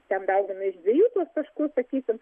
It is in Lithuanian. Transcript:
ten daugina iš dviejų tuos taškus sakysim